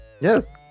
Yes